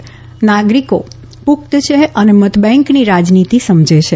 દિલ્હીના નાગરિકો પુખ્ત છે અને મતબેન્કની રાજનીતી સમજે છે